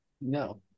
No